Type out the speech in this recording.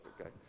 okay